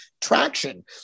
traction